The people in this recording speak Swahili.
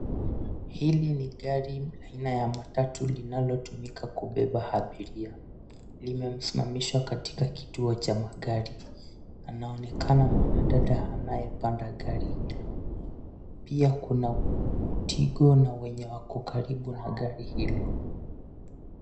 Hili ni gari aina matatu inayotumika kubeba abiria, limesimamishwa katika kituo cha magari. Anaonekana mwanadada anayepanda gari, pia kuna utingo na wenye wako karibu na gari hilo.